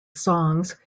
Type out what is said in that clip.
songs